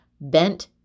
bent